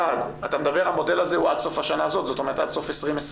אתה אומר שהמודל הזה הוא עד סוף שנה זו זאת אומרת עד סוף 2020?